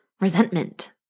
resentment